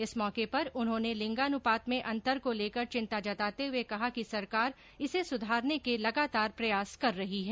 इस मौके पर उन्होने लिंगानुपात में अंतर को लेकर चिंता जताते हुये कहा कि सरकार इसे सुधारने के लगातार प्रयास कर रही है